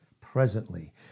presently